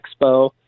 expo